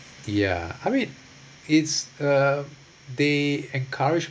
ya I mean it's uh they encourage